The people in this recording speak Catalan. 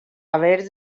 haver